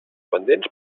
pendents